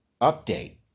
update